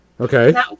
okay